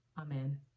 Amen